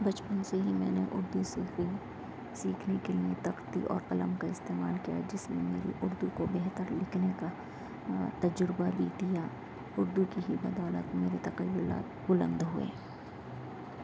بپچن ہی سے میں نے اردو سیکھی سیکھنے کے لئے تختی اور قلم کا استعمال کیا جس نے میری اردو کو بہتر لکھنے کا تجربہ بھی دیا اردو کی ہی بدولت میرے تخیلات بلند ہوئے